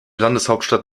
landeshauptstadt